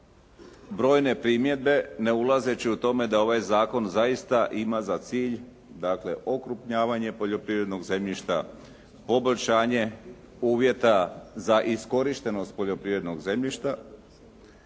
brojne primjedbe ne ulazeći u tome da ovaj zakon zaista ima za cilj dakle okrupnjavanje poljoprivrednog zemljišta, poboljšanje uvjeta za iskorištenost poljoprivrednog zemljišta